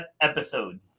episode